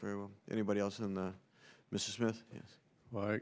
for anybody else and mrs smith i